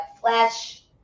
flesh